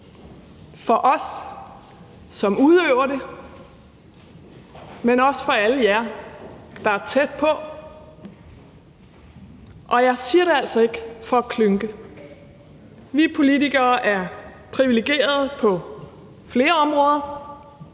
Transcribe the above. for os, som udøver det, men også for alle jer, der er tæt på. Og jeg siger det altså ikke for at klynke. Vi politikere er privilegerede på flere områder;